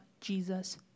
Jesus